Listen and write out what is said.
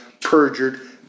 perjured